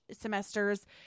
semesters